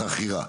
ועל חכירה.